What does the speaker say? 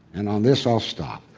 and on this i'll stop.